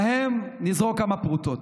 להם נזרוק כמה פרוטות.